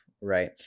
right